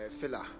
filler